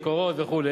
"מקורות" וכו',